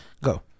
Go